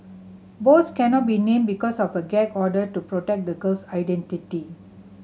both cannot be named because of a gag order to protect the girl's identity